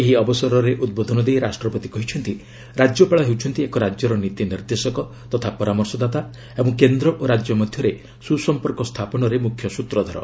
ଏହି ଅବସରରେ ଉଦ୍ବୋଧନ ଦେଇ ରାଷ୍ଟ୍ରପତି କହିଛନ୍ତି ରାଜ୍ୟପାଳ ହେଉଛନ୍ତି ଏକ ରାଜ୍ୟର ନୀତି ନିର୍ଦ୍ଦେଶକ ତଥା ପରାମର୍ଶଦାତା ଏବଂ କେନ୍ଦ୍ର ଓ ରାଜ୍ୟ ମଧ୍ୟରେ ସୁସମ୍ପର୍କ ସ୍ଥାପନରେ ମୁଖ୍ୟ ସ୍ୱତ୍ରଧର